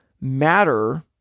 matter